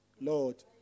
Lord